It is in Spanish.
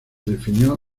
definió